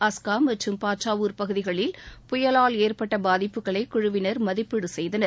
அஸ்கா மற்றும் பாட்ராவூர் பகுதகளில் புயவால் ஏற்பட்டுள்ள பாதிப்புக்களை குழுவினா் மதிப்பீடு செய்தனர்